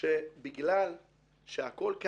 לקבל את התשובות האם נעשה תהליך לגבי בכלל,